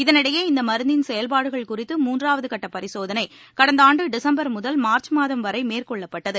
இதனிடையே இந்த மருந்தின் செயல்பாடுகள் குறித்த மூன்றாவது கட்ட பரிசோதனை கடந்தாண்டு டிசம்பர் முதல் மார்ச் மாதம் வரை மேற்கொள்ளப்பட்டது